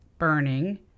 Burning